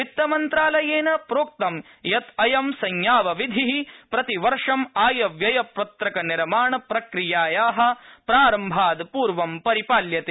वित्त मन्त्रालयेन प्रोक्तं यत् अयं संयावविधि प्रतिवर्ष ं व्ययपत्रक निर्माण प्रक्रियाया प्रारम्भाद् पूर्वं परिपाल्यते